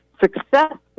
successful